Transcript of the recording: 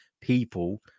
people